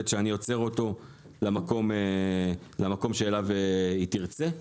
שאני יוצר אותו למקום שאליו היא תרצה.